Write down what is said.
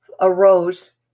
arose